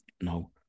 No